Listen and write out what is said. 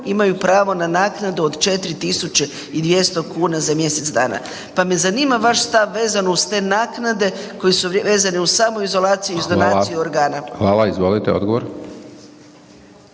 imaju pravo na naknadu od 4.200 kuna za mjesec dana. Pa me zanima vaš stav vezano uz te naknade koje su vezane uz samoizolaciju i uz donaciju organa. **Hajdaš Dončić, Siniša